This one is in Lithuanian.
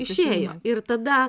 išėjo ir tada